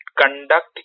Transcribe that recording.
conduct